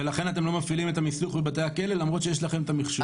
ולכן אתם לא מפעילים את המיסוך בבתי הכלא למרות שיש לכם את המכשור.